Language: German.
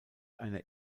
einer